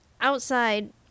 outside